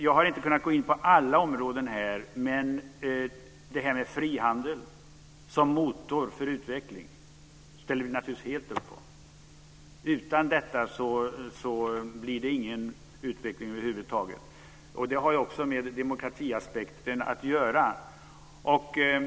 Jag har inte kunnat gå in på alla områden, men frihandel som motor för utveckling ställer vi naturligtvis helt upp på. Det är helt rätt. Utan detta blir det ingen utveckling över huvud taget. Det har också med demokratiaspekten att göra.